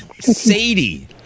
Sadie